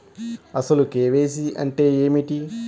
అసలు కే.వై.సి అంటే ఏమిటి?